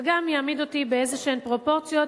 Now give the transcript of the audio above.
זה גם יעמיד אותי באיזשהן פרופורציות,